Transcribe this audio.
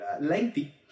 lengthy